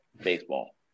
baseball